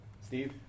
Steve